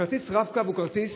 כרטיס הרב-קו הוא כרטיס,